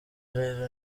rero